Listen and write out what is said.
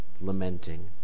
lamenting